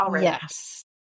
yes